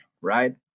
right